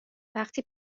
وقتی